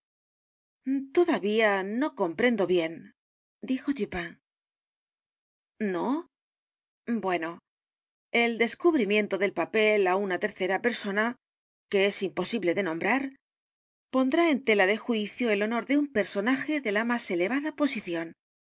todavía no comprendo bien dijo dupin no bueno el descubrimiento del papel á una tercera persona que es imposible nombrar pondrá en tela de juicio el honor de un personaje de la más elevada posición